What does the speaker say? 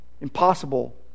impossible